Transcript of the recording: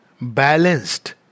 balanced